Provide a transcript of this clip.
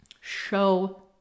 Show